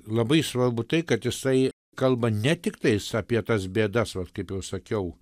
labai svarbu tai kad jisai kalba ne tiktais apie tas bėdas vat kaip jau sakiau